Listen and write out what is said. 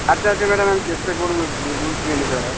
আচ্ছা আচ্ছা ম্যাডাম আমি চেষ্টা করবো রুলস মেনে চলার